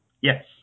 Yes